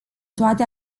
toate